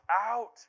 out